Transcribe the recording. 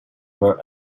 were